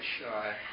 shy